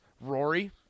Rory